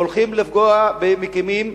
הולכים לפגוע ומקימים,